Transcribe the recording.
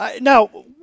now